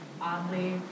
oddly